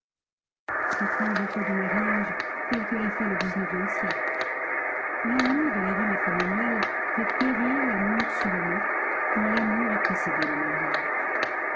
étrange effet du mariage tel que l'a fait le xixe siècle l'ennui de la vie matrimoniale fait périr l'amour sûrement quand l'amour a précédé le mariage